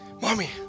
mommy